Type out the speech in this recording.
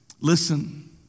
Listen